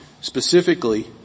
specifically